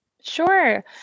Sure